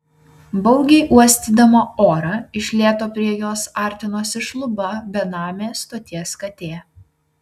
baugiai uostydama orą iš lėto prie jos artinosi šluba benamė stoties katė